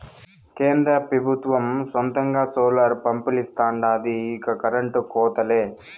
కేంద్ర పెబుత్వం సొంతంగా సోలార్ పంపిలిస్తాండాది ఇక కరెంటు కోతలే